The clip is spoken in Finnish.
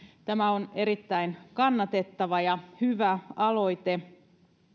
tämä on erittäin kannatettava ja hyvä aloite